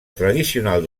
tradicional